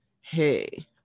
hey